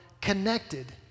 connected